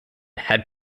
had